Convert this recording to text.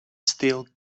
still